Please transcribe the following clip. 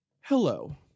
Hello